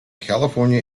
california